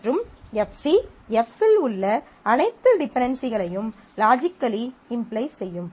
மற்றும் Fc F இல் உள்ள அனைத்து டிபென்டென்சிகளையும் லாஜிக்கலி இம்ப்ளை செய்யும்